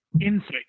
insight